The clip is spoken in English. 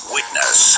Witness